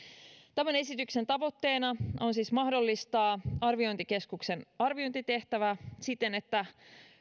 tämän esityksen tavoitteena on siis mahdollistaa arviointikeskuksen arviointitehtävä siten että